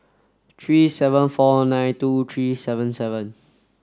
three seven four nine two three seven seven